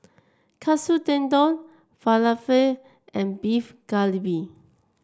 Katsu Tendon Falafel and Beef Galbi